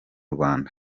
rwanda